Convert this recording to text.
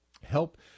help